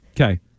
Okay